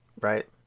Right